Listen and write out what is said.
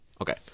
Okay